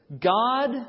God